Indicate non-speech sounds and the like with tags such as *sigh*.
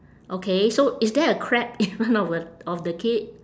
okay so is there a crab *noise* in front of a of the kid